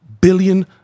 billion